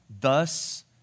Thus